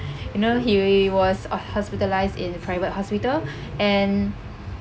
you know he was uh hospitalised in private hospital and